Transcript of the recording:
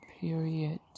period